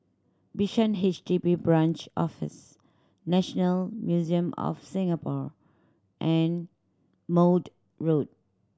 Bishan H D B Branch Office National Museum of Singapore and Maude Road